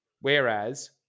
whereas